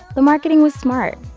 the marketing was smart.